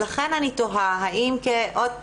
לכן אני תוהה עוד פעם,